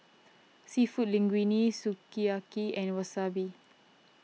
Seafood Linguine Sukiyaki and Wasabi